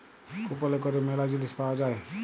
কুপলে ক্যরে ম্যালা জিলিস পাউয়া যায়